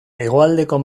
hegoaldeko